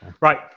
Right